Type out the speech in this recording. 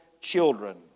children